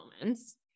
moments